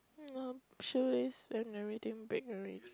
shoelace and everything break already